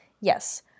Yes